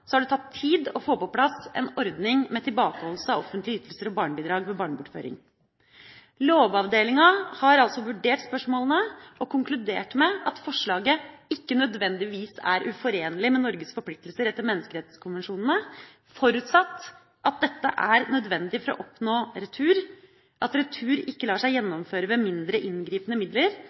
har det tatt tid å få på plass en ordning med tilbakeholdelse av offentlige ytelser og barnebidrag ved barnebortføring. Lovavdelingen har altså vurdert spørsmålene og konkludert med at forslaget ikke nødvendigvis er uforenlig med Norges forpliktelser etter menneskerettskonvensjonene, forutsatt at dette er nødvendig for å oppnå retur, at retur ikke lar seg gjennomføre ved mindre inngripende midler,